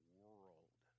world